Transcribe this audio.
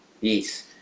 Yes